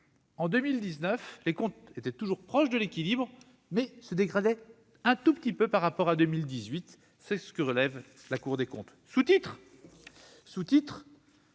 en 2019, les comptes étaient encore proches de l'équilibre, mais se dégradaient un tout petit peu par rapport à 2018. C'est ce que relève la Cour des comptes. Prenons